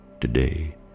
today